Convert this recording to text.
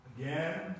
Again